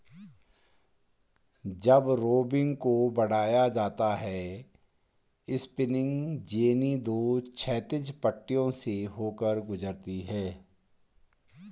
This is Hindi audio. जब रोविंग को बढ़ाया जाता है स्पिनिंग जेनी दो क्षैतिज पट्टियों से होकर गुजरती है